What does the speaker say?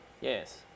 Yes